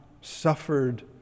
suffered